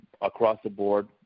across-the-board